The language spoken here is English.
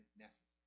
necessary